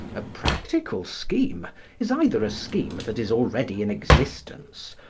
a practical scheme is either a scheme that is already in existence,